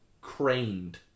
craned